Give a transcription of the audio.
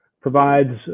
provides